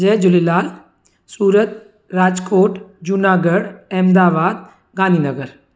Jay Jhulelal Surat Rajkot Junagadh Ahmedabad Gandhi Nagar